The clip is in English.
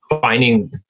finding